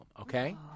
okay